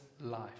life